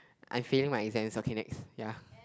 I'm failing my exams okay next ya